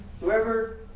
whoever